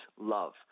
love